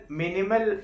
minimal